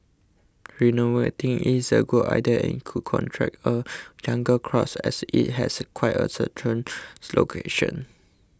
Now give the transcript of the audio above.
renovating it's a good idea and it could attract a younger crowd as it has quite a central location